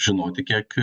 žinoti kiek